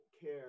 care